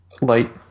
light